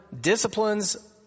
disciplines